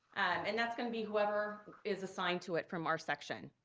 and that's gonna be whoever is assigned to it from our section.